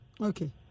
Okay